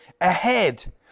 ahead